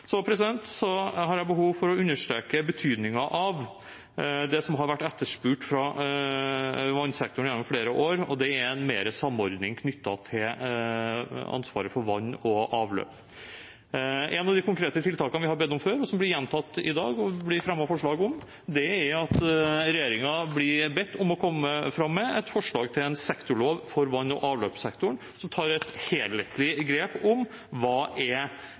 det som har vært etterspurt fra vannsektoren gjennom flere år, og det er mer samordning knyttet til ansvaret for vann og avløp. Et av de konkrete tiltakene vi har bedt om før, som blir gjentatt i dag, og som det blir fremmet forslag om, er at regjeringen blir bedt om å komme med et forslag til en sektorlov for vann- og avløpssektoren, som tar et helhetlig grep om hva utfordringene vi står overfor, er,